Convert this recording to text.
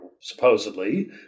supposedly